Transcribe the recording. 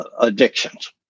addictions